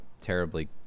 terribly